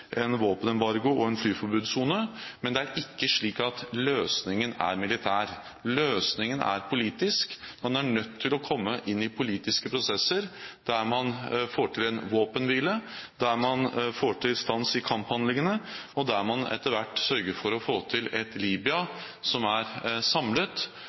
våpenembargo og en flyforbudssone, men det er ikke slik at løsningen er militær. Løsningen er politisk. Man er nødt til å komme inn i politiske prosesser der man får til en våpenhvile, der man får til stans i kamphandlingene, der man etter hvert sørger for å få et samlet